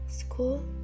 School